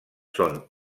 són